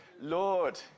Lord